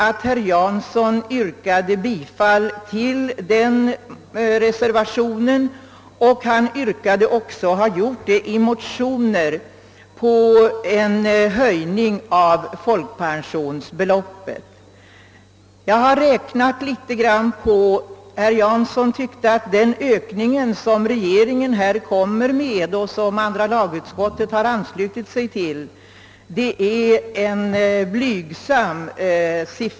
Herr Jansson gav sitt stöd åt reservationen, och han har även motionsvis yrkat på en höjning av folkpensionsbeloppet. Herr Jansson tyckte att den ökning som regeringen föreslår och som andra lagutskottet anslutit sig till är "blygsam.